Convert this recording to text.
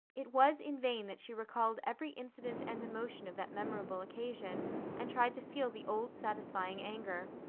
it was in vain that she recalled every incident and emotion of that memorable occasion and tried to feel the old satisfying anger.